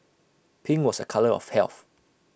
pink was A colour of health